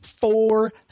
four